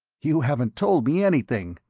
you haven't told me anything,